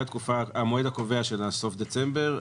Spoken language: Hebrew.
המועד הקבוע של סוף דצמבר,